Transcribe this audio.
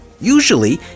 usually